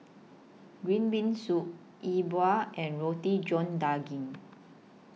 Green Bean Soup E Bua and Roti John Daging